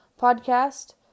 podcast